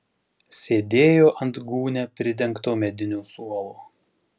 sėdėjo ant gūnia pridengto medinio suolo